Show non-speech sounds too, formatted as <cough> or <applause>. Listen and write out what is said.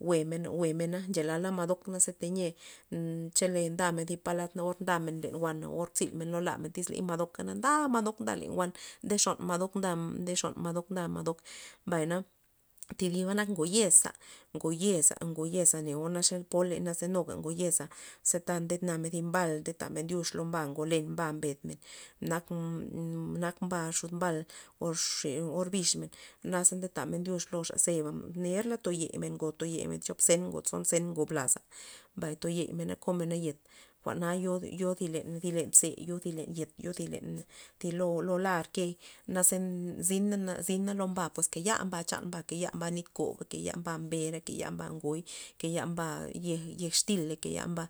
Jwe'men jwe'men na nchela madok naze teyie nd cha ndamen zi polad or ndamen wana or zina lo lamen iz modoka na nda modok len wan nde xon madok nda madok mbay na thi diba nak ngo yeza' ngo yeza' ngo yez neo na poley nuga ngo yez ze ta nde namen thi bal nde damen thi dyux ze neo poley ze nuga ngo yeza ze ta nde namen thi mbal ngolen ma bed nak <hesitation> nak mba xud mbal or xe or bixmeen jwa'naza tamen dyux zeba ner lato yem men ngo toyem thi o chop zen ngo blaza mbay toyem mena komena lo yet jwa'na yo len- len thi mbze o len thi yet len thi lolar key naze zina naze lo mba pues kaya mba' chan mba' kaya nit kob kaya mbera kaya mba ngoy kaya mba yej yej extiley kaya mba